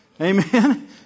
Amen